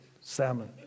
salmon